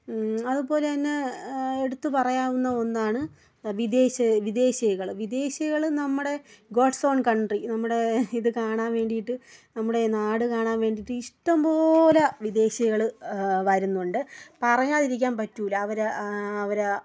അതുപോലെതന്നെ എടുത്തു പറയാവുന്ന ഒന്നാണ് വിദേശ വിദേശികൾ വിദേശികൾ നമ്മുടെ ഗോഡ്സ് ഓൺ കൺട്രി നമ്മുടെ ഇത് കാണാൻ വേണ്ടിയിട്ട് നമ്മുടെ നാട് കാണാൻ വേണ്ടീട്ട് ഇഷ്ടം പോലെ വിദേശികൾ വരുന്നുണ്ട് പറയാതിരിക്കാൻ പറ്റില്ല അവർ അവർ